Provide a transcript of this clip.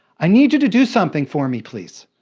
i need you to do something for me, please.